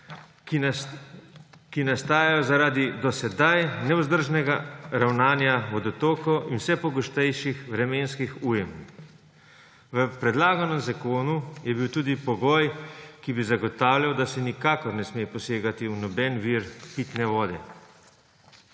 ki nastajajo zaradi do sedaj nevzdržnega ravnanja vodotokov in vse pogostejših vremenskih ujm. V predlaganem zakonu je bil tudi pogoj, ki bi zagotavljal, da se nikakor ne sme posegati v noben vir pitne vode.